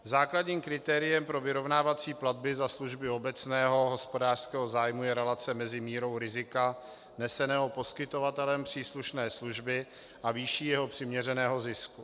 Základním kritériem pro vyrovnávací platby za služby obecného hospodářského zájmu je relace mezi mírou rizika neseného poskytovatelem příslušné služby a výší jeho přiměřeného zisku.